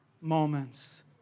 moments